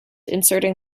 inserting